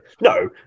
no